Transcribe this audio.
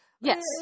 Yes